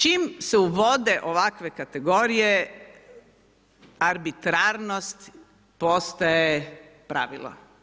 Čim se uvode ovakve kategorije arbitrarnost postaje pravilo.